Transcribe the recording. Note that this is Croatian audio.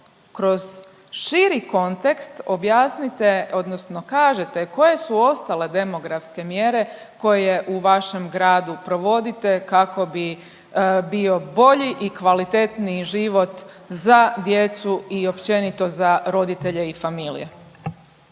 kroz širi kontekst objasnite odnosno kažete koje su ostale demografske mjere koje u vašem gradu provodite kako bi bio bolji i kvalitetniji život za djecu i općenito za roditelje i familiju.